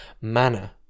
manner